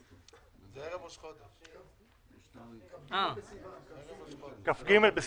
אישור סמי בקלש למנכ"ל הכנסת, ירים את ידו?